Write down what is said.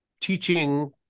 teaching